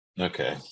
okay